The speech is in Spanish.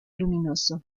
luminoso